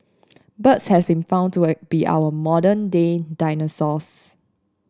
birds have been found to be our modern day dinosaurs